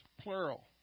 plural